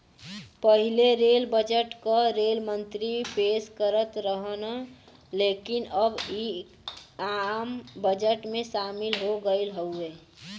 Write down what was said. पहिले rail budget क rail मंत्री पेश करत रहन लेकिन अब इ आम बजट में शामिल हो गयल हउवे